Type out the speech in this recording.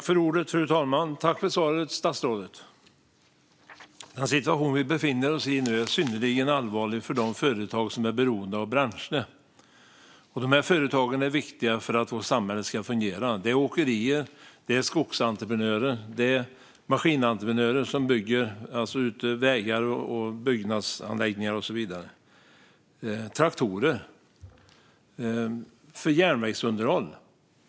Fru talman! Tack för svaret, statsrådet! Den situation som vi nu befinner oss i är synnerligen allvarlig för de företag som är beroende av bränsle. De företagen är viktiga för att vårt samhälle ska fungera. Det är åkerier, skogsentreprenörer och maskinentreprenörer som bygger ut vägar, byggnadsanläggningar och så vidare. Bränsle behövs för traktorer och järnvägsunderhåll.